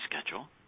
schedule